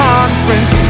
Conference